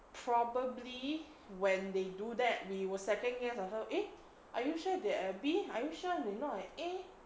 probably when they do that we will second guess ourselves eh are you sure they are at B are you sure they not at A